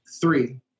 three